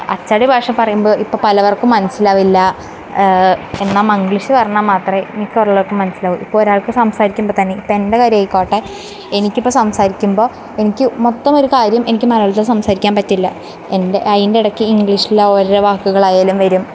അച്ചടി ഭാഷ പറയുമ്പോൾ ഇപ്പോൾ പലവർക്കും മനസ്സിലാവില്ല എന്നാൽ മംഗ്ലീഷ് പറഞ്ഞാൽ മാത്രമേ മിക്കൊള്ളവർക്കും മനസ്സിലാവു ഇപ്പോൾ ഒരാൾക്ക് സംസാരിക്കുമ്പൊത്തന്നെ ഇപ്പം എൻ്റെ കാര്യായിക്കോട്ടെ എനിക്കിപ്പോൾ സംസാരിക്കുമ്പോൾ എനിക്ക് മൊത്തമൊരു കാര്യം എനിക്ക് മലയാളത്തിൽ സംസാരിക്കാൻ പറ്റില്ല എൻ്റെ അതിൻ്റെ ഇടക്ക് ഇംഗ്ലീഷിലാ ഓരോരോ വാക്കുകളായാലും വരും